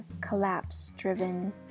collapse-driven